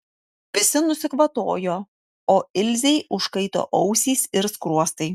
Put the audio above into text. visi nusikvatojo o ilzei užkaito ausys ir skruostai